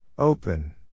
Open